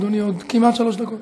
יש לאדוני עוד כמעט שלוש דקות.